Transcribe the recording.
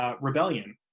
rebellion